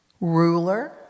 Ruler